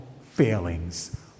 failings